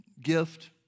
gift